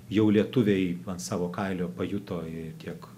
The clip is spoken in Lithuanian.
jau lietuviai savo kailiu pajuto tiek